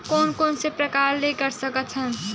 कोन कोन से प्रकार ले कर सकत हन?